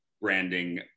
branding